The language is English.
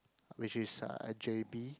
which is uh at J_B